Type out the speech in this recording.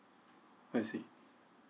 I see